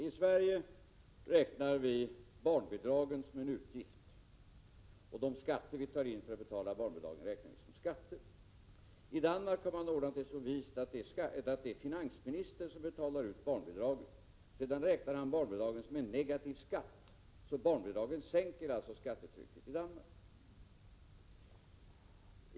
I Sverige räknar vi barnbidragen som en utgift. De skatter vi tar in för att betala barnbidragen räknas som skatter. I Danmark har man ordnat det så vist att det är finansministern som betalar ut barnbidragen. Sedan räknar han barnbidragen som en negativ skatt. Barnbidragen sänker alltså skattetrycket i Danmark.